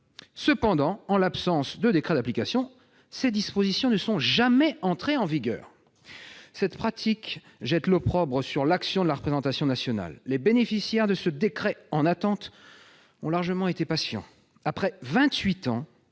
Cependant, en l'absence de décret d'application, ces dispositions ne sont jamais entrées en vigueur. » Cette pratique jette l'opprobre sur l'action de la représentation nationale. Les bénéficiaires de ce décret en attente ont été suffisamment patients. Après